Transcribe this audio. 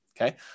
okay